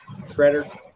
shredder